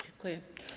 Dziękuję.